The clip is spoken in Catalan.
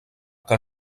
que